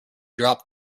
drop